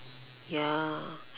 ya